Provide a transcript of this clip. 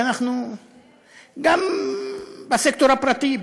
גם בסקטור הפרטי,